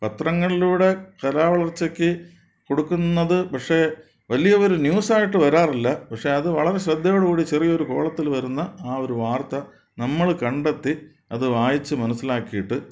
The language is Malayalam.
പത്രങ്ങളിലൂടെ കലാ വളർച്ചയ്ക്ക് കൊടുക്കുന്നത് പക്ഷെ വലിയ ഒരു ന്യുസായിട്ടു വരാറില്ല പക്ഷെയത് വളരെ ശ്രദ്ധയോടുകൂടി ചെറിയൊരു കോളത്തിൽ വരുന്ന ആ ഒരു വാർത്ത നമ്മൾ കണ്ടെത്തി അതു വായിച്ചു മനസ്സിലാക്കിയിട്ട്